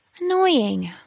Annoying